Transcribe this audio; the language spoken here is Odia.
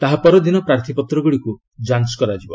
ତା' ପରଦିନ ପ୍ରାର୍ଥୀପତ୍ରଗୁଡ଼ିକୁ ଯାଞ୍ଚ କରାଯିବ